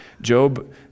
Job